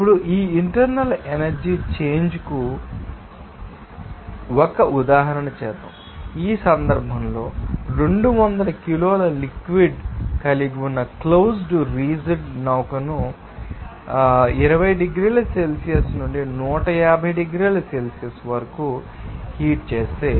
ఇప్పుడు ఈ internal energy change కు కూడా ఒక ఉదాహరణ చేద్దాం ఈ సందర్భంలో 200 కిలోల లిక్విడ్ ాన్ని కలిగి ఉన్న క్లోజ్డ్ రిజిడ్ నౌకను 20 డిగ్రీల సెల్సియస్ నుండి 150 డిగ్రీల సెల్సియస్ వరకు హీట్ చేస్తే